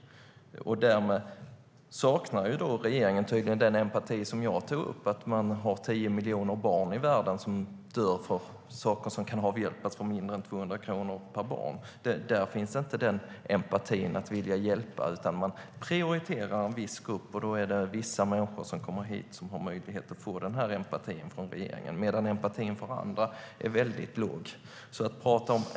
Regeringen saknar tydligen den empati jag tog upp. Det finns 10 miljoner barn i världen som dör av orsaker som kan avhjälpas för mindre än 200 kronor per barn. Där finns inte empatin att vilja hjälpa, utan man prioriterar en viss grupp. Då blir det vissa människor som kommer hit som får möjlighet att få den empatin från regeringen. Empatin för andra är däremot väldigt låg.